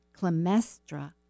Clemestra